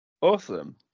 Awesome